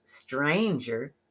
stranger